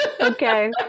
okay